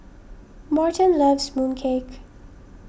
Morton loves Mooncake